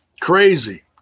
Crazy